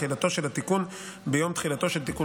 תחילתו של התיקון ביום תחילתו של תיקון